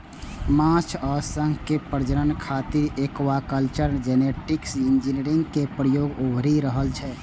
माछ आ शंख के प्रजनन खातिर एक्वाकल्चर जेनेटिक इंजीनियरिंग के प्रयोग उभरि रहल छै